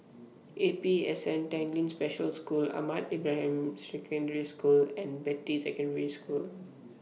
A P S N Tanglin Special School Ahmad Ibrahim Ban Secondary School and Beatty Secondary School